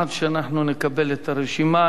עד שאנחנו נקבל את הרשימה,